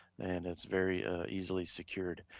and it's very easily secured.